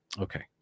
okay